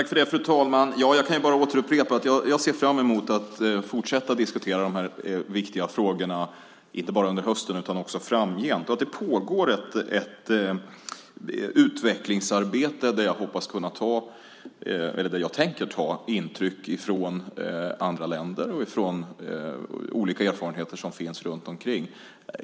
Fru talman! Jag kan bara återupprepa att jag ser fram emot att fortsätta diskutera de här viktiga frågorna, inte bara under hösten utan framgent och att det pågår ett utvecklingsarbete där jag tänker ta intryck från andra länder och från olika erfarenheter som finns runt omkring.